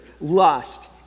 lust